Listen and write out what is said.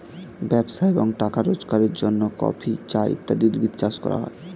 ব্যবসা এবং টাকা রোজগারের জন্য কফি, চা ইত্যাদি উদ্ভিদ চাষ করা হয়